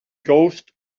ghost